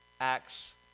acts